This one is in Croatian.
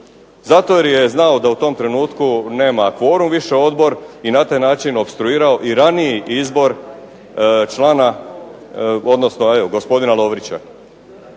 Zato jer je znao da u tom trenutku nema kvorum više Odbor i na taj način opstruirao i raniji izbor, gospodina Lovrića.